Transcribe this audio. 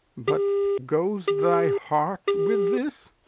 but goes thy heart with this?